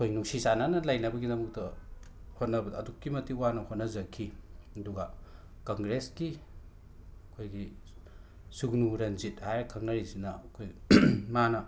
ꯑꯩꯈꯣꯏ ꯅꯨꯡꯁꯤ ꯆꯥꯟꯅꯅ ꯂꯩꯅꯕꯒꯤꯗꯃꯛꯇ ꯍꯣꯠꯅꯕꯗ ꯑꯗꯨꯛꯀꯤ ꯃꯇꯤꯛ ꯋꯥꯅ ꯍꯣꯠꯅꯖꯈꯤ ꯑꯗꯨꯒ ꯀꯪꯒ꯭ꯔꯦꯁꯀꯤ ꯑꯩꯈꯣꯏꯒꯤ ꯁꯨꯒ꯭ꯅꯨ ꯔꯟꯖꯤꯠ ꯍꯥꯏꯔ ꯈꯪꯅꯔꯤꯁꯤꯅ ꯑꯩꯈꯣꯏ ꯃꯥꯅ